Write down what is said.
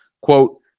Quote